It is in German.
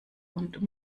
und